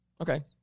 Okay